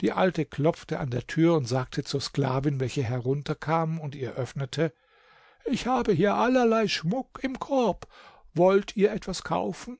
die alte klopfte an der tür und sagte zur sklavin welche herunterkam und ihr öffnete ich habe hier allerlei schmuck im korb wollt ihr etwas kaufen